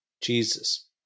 Jesus